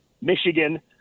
Michigan